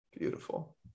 beautiful